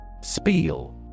Spiel